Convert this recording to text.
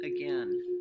again